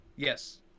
Yes